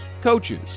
coaches